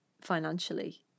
financially